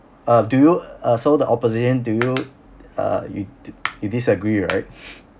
uh do you uh so the opposition to you uh you d~ you disagree right